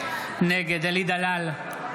נגד אלי דלל,